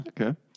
Okay